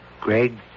Greg